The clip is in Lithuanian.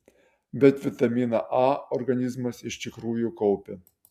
bet vitaminą a organizmas iš tikrųjų kaupia